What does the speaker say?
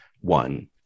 one